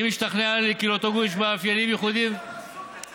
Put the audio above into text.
"אם השתכנע כי לאותו גוף יש מאפיינים ייחודיים" אדוני היושב-ראש,